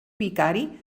vicari